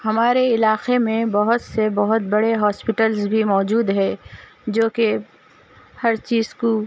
ہمارے علاقے میں بہت سے بہت بڑے ہاسپیٹلس بھی موجود ہے جو کہ ہر چیز کو